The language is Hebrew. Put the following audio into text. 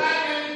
זאת התוצאה,